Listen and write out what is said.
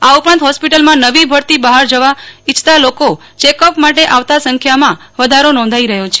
આ ઉપરાંત હોસ્પિટલમાં નવી ભરતી બહાર જવા ઈચ્છતા લોકો ચેકઅપ માટે આવતા સંખ્યામાં વધારો નોંધાઈ રહ્યો છે